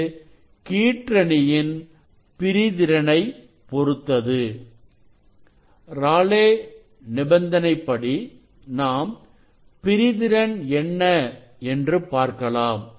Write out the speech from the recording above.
அது கீற்றணி யின் பிரி திறனை பொருத்தது ராலே நிபந்தனைபடி நாம் பிரிதிறன் என்ன என்று பார்க்கலாம்